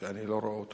שאני לא רואה אותו